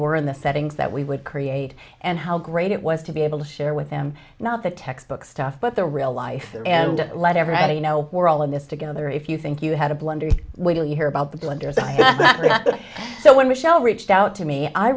were in the settings that we would create and how great it was to be able to share with them not the textbook stuff but the real life and let everybody know we're all in this together if you think you had a blunder you hear about the blunders i so when michelle reached out to me i